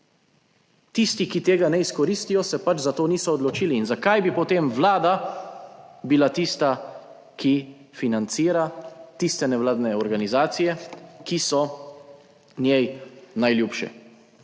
Tisti, ki tega ne izkoristijo, se pač za to niso odločili in zakaj bi potem Vlada bila tista, ki financira tiste nevladne organizacije, ki so njej najljubše?